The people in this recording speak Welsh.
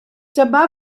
dyma